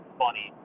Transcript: funny